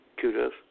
kudos